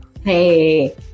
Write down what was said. Hey